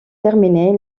terminer